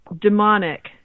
demonic